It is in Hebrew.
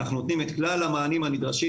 אנחנו נותנים את כלל המענים הנדרשים,